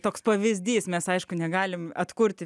toks pavyzdys mes aišku negalime atkurti